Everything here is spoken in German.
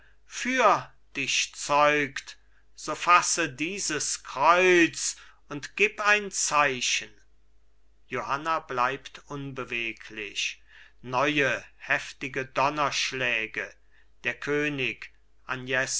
für dich zeugt so fasse dieses kreuz und gib ein zeichen johanna bleibt unbeweglich neue heftige donnerschläge der könig agnes